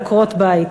עקרות-בית,